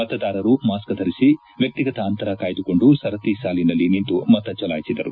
ಮತದಾರರು ಮಾಸ್ತ್ ಧರಿಸಿ ವ್ಯಕ್ತಿಗತ ಅಂತರ ಕಾಯ್ಸುಕೊಂಡು ಸರತಿ ಸಾಲಿನಲ್ಲಿ ನಿಂತು ಮತ ಚಲಾಯಿಸಿದರು